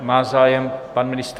Má zájem pan ministr?